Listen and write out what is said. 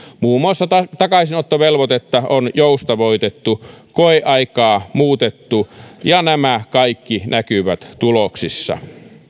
muun muassa takaisinottovelvoitetta on joustavoitettu koeaikaa muutettu ja nämä kaikki näkyvät tuloksissa